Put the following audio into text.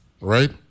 right